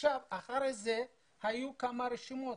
אחרי כן היו כמה רשימות